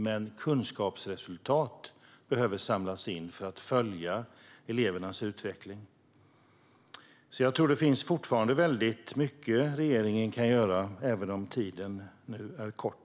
Men kunskapsresultat behöver samlas in för att följa elevernas utveckling. Det finns alltså fortfarande mycket regeringen kan göra, även om tiden nu är kort.